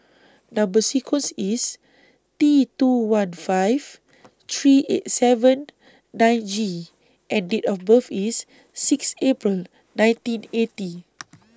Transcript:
Number sequence IS T two one five three eight seven nine G and Date of birth IS six April nineteen eighty